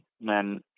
men